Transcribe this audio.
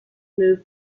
move